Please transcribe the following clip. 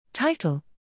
Title